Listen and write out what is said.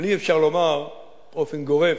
אבל אי-אפשר לומר באופן גורף,